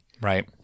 Right